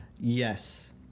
Yes